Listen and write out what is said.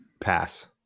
pass